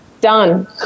Done